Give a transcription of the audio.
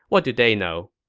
what do they know?